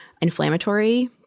inflammatory